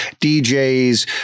DJs